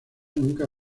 nunca